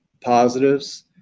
positives